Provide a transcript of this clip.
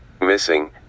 missing